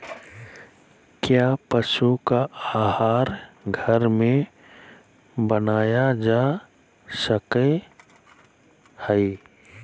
क्या पशु का आहार घर में बनाया जा सकय हैय?